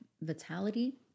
vitality